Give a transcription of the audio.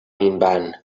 minvant